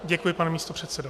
Děkuji, pane místopředsedo.